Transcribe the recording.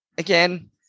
again